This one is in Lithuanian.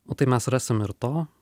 o tai mes rasim ir to